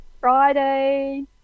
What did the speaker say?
Friday